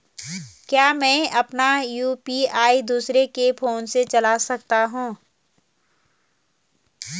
क्या मैं अपना यु.पी.आई दूसरे के फोन से चला सकता हूँ?